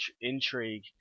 intrigue